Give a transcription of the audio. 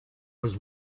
was